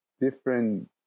different